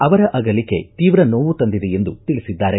ಅವರ ಅಗಲಿಕೆ ತೀವ್ರ ನೋವು ತಂದಿದೆ ಎಂದು ತಿಳಿಸಿದ್ದಾರೆ